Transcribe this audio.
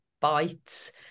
bites